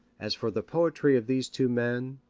as for the poetry of these two men,